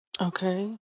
Okay